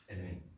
Amen